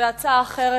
והצעה אחרת,